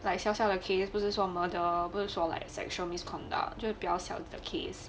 like 小小的 cases 不是说 murder 不是说 like sexual misconduct 就是比较小的 case